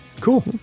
cool